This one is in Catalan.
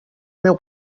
meu